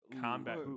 Combat